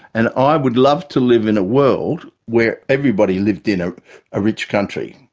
and i would love to live in a world where everybody lived in ah a rich country,